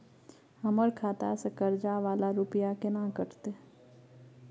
हमर खाता से कर्जा वाला रुपिया केना कटते?